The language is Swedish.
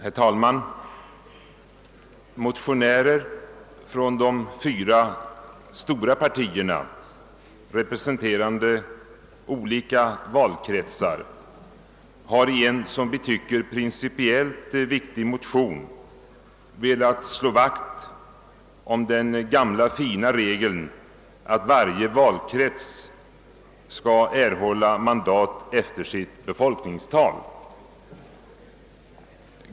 Herr talman! Motionärer från de fyra stora partierna, representerande olika valkretsar, har i en som vi tycker prin cipiellt viktig motion velat slå vakt om den gamla fina regeln att varje valkrets skall erhålla mandat efter sitt befolkningstal.